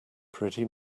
pretty